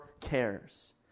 cares